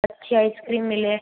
अच्छी आइसक्रीम मिले